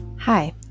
Hi